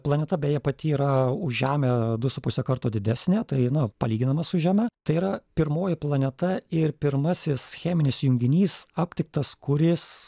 planeta beje pati yra už žemę du su puse karto didesnė tai na palyginama su žeme tai yra pirmoji planeta ir pirmasis cheminis junginys aptiktas kuris